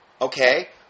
okay